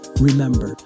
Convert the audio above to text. Remember